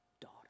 daughter